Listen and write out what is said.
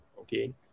okay